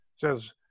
says